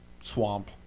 swamp